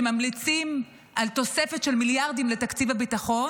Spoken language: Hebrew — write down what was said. שממליצות על תוספת של מיליארדים לתקציב הביטחון,